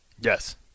Yes